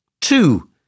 two